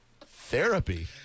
Therapy